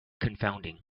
confounding